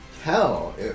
Hell